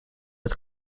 that